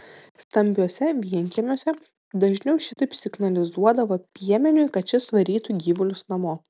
stambiuose vienkiemiuose dažniau šitaip signalizuodavo piemeniui kad šis varytų gyvulius namo